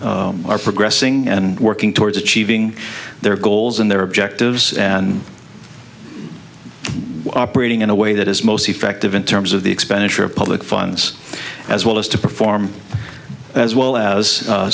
are progressing and working towards achieving their goals and their objectives and operating in a way that is most effective in terms of the expenditure of public funds as well as to perform as well as